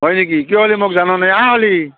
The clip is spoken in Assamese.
হয় নেকি কি হ'লি মোক জনোৱা নাই আহ হ'লি